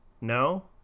No